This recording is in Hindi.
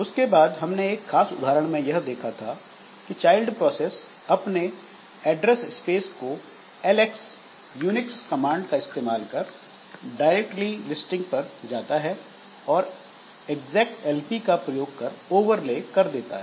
उसके बाद हमने एक खास उदाहरण में यह देखा कि चाइल्ड प्रोसेस अपने एड्रेस स्पेस को "ls" यूनिक्स कमांड का इस्तेमाल कर डायरेक्टरी लिस्टिंग पर जाता है और "execlp" का प्रयोग कर ओवरले कर देता है